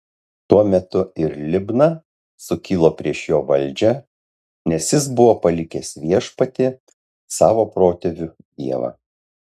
tuo metu ir libna sukilo prieš jo valdžią nes jis buvo palikęs viešpatį savo protėvių dievą